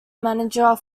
manager